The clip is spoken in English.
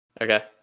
Okay